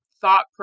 thought